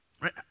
right